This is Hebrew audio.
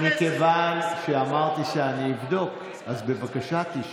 מכיוון שאמרתי שאני אבדוק, אז בבקשה תשב.